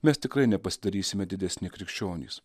mes tikrai nepasidarysime didesni krikščionys